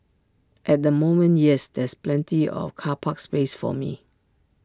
at the moment yes there's plenty of car park space for me